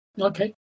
okay